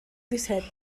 disset